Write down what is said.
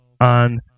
on